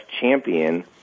champion